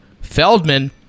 Feldman